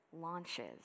launches